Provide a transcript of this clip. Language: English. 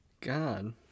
God